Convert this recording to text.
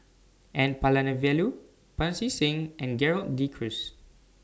N Palanivelu Pancy Seng and Gerald De Cruz